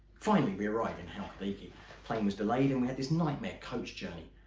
finally, we arrive in halkidiki plane was delayed and we had this nightmare coach journey.